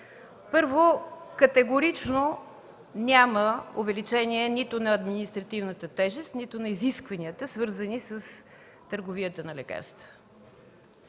Първо, категорично няма увеличение нито на административната тежест, нито на изискванията, свързани с търговията на лекарства.